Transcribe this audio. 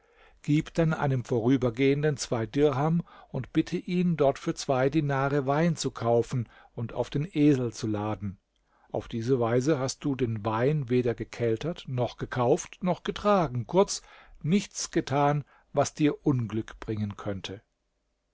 gib dann einem vorübergehenden zwei dirham und bitte ihn dort für zwei dinare wein zu kaufen und auf den esel zu laden auf diese weise hast du den wein weder gekeltert noch gekauft noch getragen kurz nichts getan was dir unglück bringen könnte